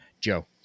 Joe